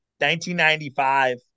1995